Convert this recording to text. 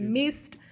missed